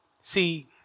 See